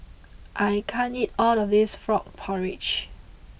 I can't eat all of this Frog Porridge